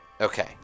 Okay